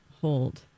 Hold